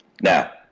Now